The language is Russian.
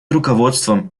руководством